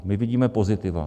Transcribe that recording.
My vidíme pozitiva.